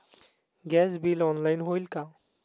Gas bill online होईल का?